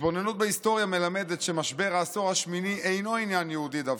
התבוננות בהיסטוריה מלמדת שמשבר העשור השמיני אינו עניין יהודי דווקא.